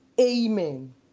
Amen